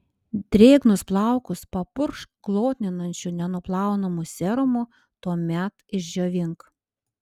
drėgnus plaukus papurkšk glotninančiu nenuplaunamu serumu tuomet išdžiovink